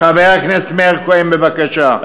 חבר כנסת מאיר כהן, בבקשה.